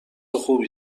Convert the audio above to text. خوبی